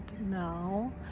now